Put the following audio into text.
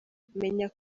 menya